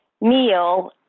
meal